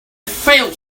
failed